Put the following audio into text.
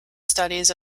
studies